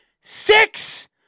six